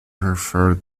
prefer